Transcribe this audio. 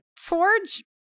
Forge